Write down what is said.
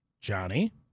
Johnny